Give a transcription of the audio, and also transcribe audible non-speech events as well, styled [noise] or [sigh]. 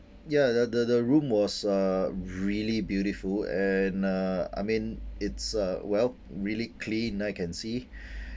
ya the the the the room was uh really beautiful and uh I mean it's uh well really clean I can see [breath]